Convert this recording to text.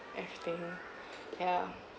everything yeah